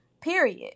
period